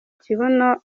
ikibuno